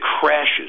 crashes